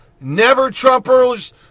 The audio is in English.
never-Trumpers